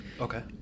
Okay